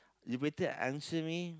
you better answer me